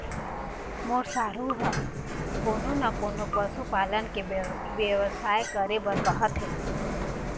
मोर साढ़ू ह कोनो न कोनो पशु पालन के बेवसाय करे बर कहत हे